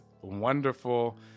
wonderful